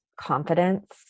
confidence